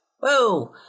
Whoa